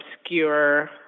obscure